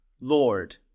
Lord